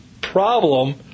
problem